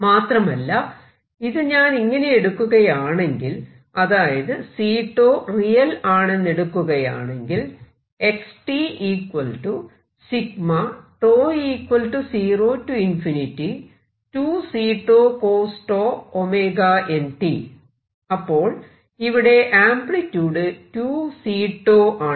മാത്രമല്ല ഞാൻ ഇത് അങ്ങനെ എടുക്കുകയാണെങ്കിൽ അതായത് C𝞃 റിയൽ ആണെന്നെടുക്കയാണെങ്കിൽ അപ്പോൾ ഇവിടെ ആംപ്ലിട്യൂഡ് 2 C𝞃 ആണ്